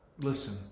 listen